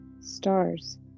Stars